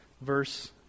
verse